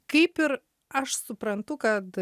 kaip ir aš suprantu kad